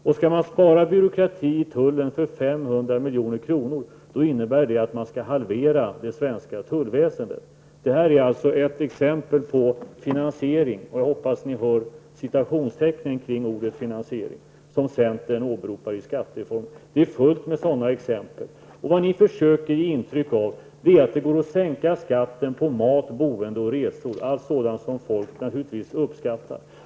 Om man skall spara 500 milj.kr. på byråkratin i tullen, innebär detta att det svenska tullväsendet halveras. Detta är alltså ett exempel på ''finansiering'' som centern åberopar i sitt förslag. Det finns fullt med sådana exempel. Ni försöker ge intryck av att det går att sänka skatten på mat, boende och resor -- allt sådant som folk naturligtvis uppskattar.